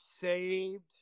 saved